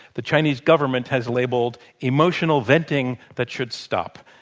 the chinese government has labeled emotional venting that should stop.